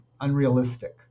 unrealistic